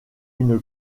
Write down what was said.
une